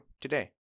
Today